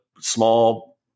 small